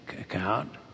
account